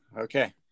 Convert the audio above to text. Okay